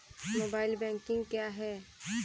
Mobile banking क्या है?